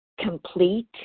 complete